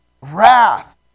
Wrath